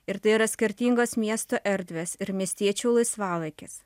ir tai yra skirtingos miesto erdvės ir miestiečių laisvalaikis